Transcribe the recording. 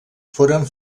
foren